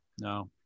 no